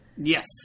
Yes